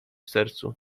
sercu